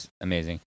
amazing